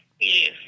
Yes